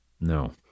No